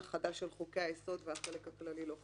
החדש של חוקי היסוד והחלק הכללי לא חלים.